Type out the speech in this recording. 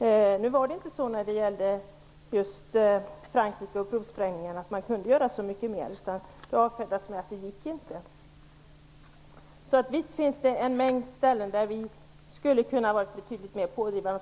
mer när det gällde de franska provsprängningarna. Man avfärdade det hela med att det inte gick. Så visst finns det en mängd frågor där vi skulle ha kunnat vara mycket mera pådrivande.